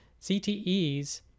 CTEs